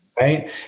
Right